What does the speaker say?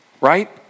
right